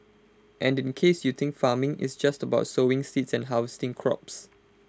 and in case you think farming is just about sowing seeds and harvesting crops